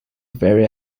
very